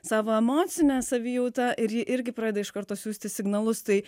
savo emocinę savijautą ir ji irgi pradeda iš karto siųsti signalus tai